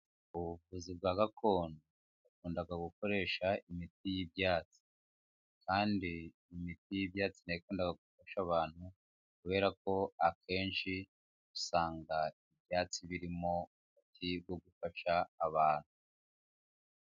Ubuvuzi bwa gakondo bukunda gukoresha imiti y'ibyatsi ,kandi imiti y'ibyatsi na yo ikunda gufasha abantu kuberako akenshi usanga ibyatsi birimo umuti wo gufasha abantu.